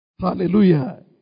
Hallelujah